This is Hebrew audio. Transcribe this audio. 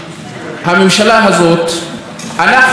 אנחנו, כ-20% מתושבי המדינה,